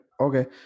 okay